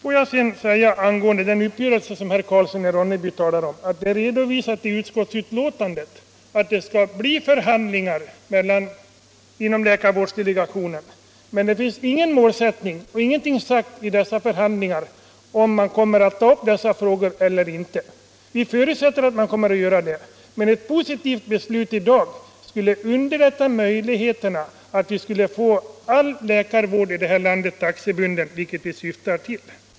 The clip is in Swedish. När det gäller den uppgörelse som herr Karlsson i Ronneby talar om redovisas i utskottsbetänkandet att det skall bli förhandlingar inom läkarvårdsdelegationen, men det finns ingen målsättning och ingenting har sagts om huruvida man i dessa förhandlingar kommer att ta upp de här frågorna eller inte. Vi förutsätter att man kommer att göra det. Ett positivt beslut i dag skulle öka möjligheterna att få all läkarvård i det här landet taxebunden, vilket vi syftar till.